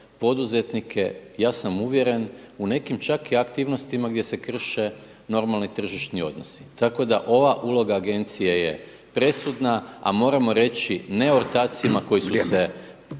ja sam uvjeren u nekim čak i aktivnostima gdje se krše normalni tržišni odnosi tako da ova uloga agencije je presudna a moramo reći ne ortacima koji su se